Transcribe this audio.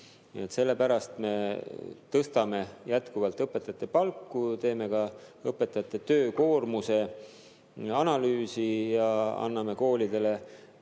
Sellepärast tõstame jätkuvalt õpetajate palku, analüüsime ka õpetajate töökoormust ja anname koolidele